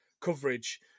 coverage